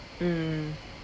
mm